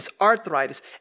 arthritis